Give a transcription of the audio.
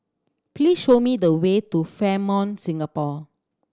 please show me the way to Fairmont Singapore